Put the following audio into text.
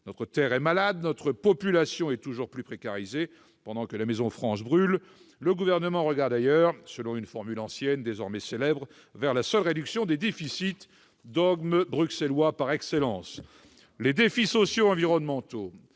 Notre Terre est malade. Notre population est toujours plus précarisée. Pendant que la maison France brûle, le Gouvernement regarde ailleurs, selon une formule ancienne, désormais célèbre, vers la seule réduction des déficits, dogme bruxellois par excellence. Les défis sociaux et environnementaux,